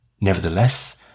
Nevertheless